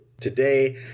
today